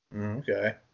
Okay